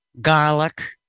garlic